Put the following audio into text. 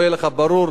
לא יהיה לך ברור,